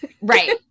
Right